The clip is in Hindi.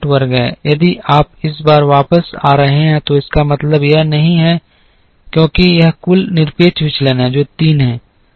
यदि आप इस पर वापस आ रहे हैं तो इसका मतलब यह नहीं है क्योंकि यह कुल निरपेक्ष विचलन है जो 3 है